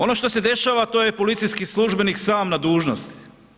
Ono što se dešava, a to je policijski službenik sam na dužnosti.